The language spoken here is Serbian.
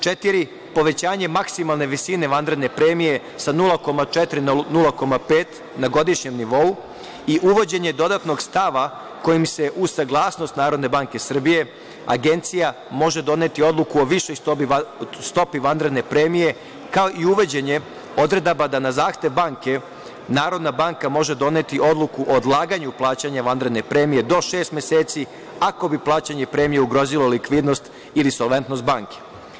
Četiri, povećanje maksimalne visine vanredne premije sa 0,4 na 0,5 na godišnjem nivou i uvođenje dodatnog stava kojim uz saglasnost NBS, Agencija može doneti odluku o višoj stopi vanredne premije, kao i uvođenje odredaba da na zahtev banke, NBS može doneti odluku o odlaganju plaćanja vanredne premije do šest meseci ako bi plaćanje premije ugrozilo likvidnost ili solventnost banke.